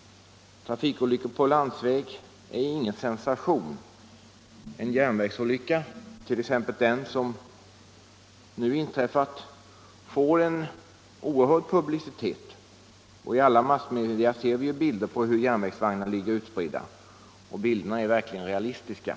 — trafikolyckor på landsväg är inga sensationer. En järnvägsolycka, som den som nu har inträffat, får en oerhörd publicitet. I alla massmedia ser vi bilder på hur järnvägsvagnar ligger utspridda, och bilderna är verkligen realistiska.